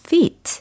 Feet